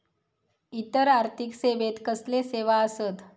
इतर आर्थिक सेवेत कसले सेवा आसत?